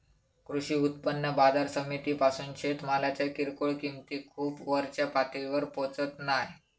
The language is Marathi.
कृषी उत्पन्न बाजार समितीपासून शेतमालाच्या किरकोळ किंमती खूप वरच्या पातळीवर पोचत नाय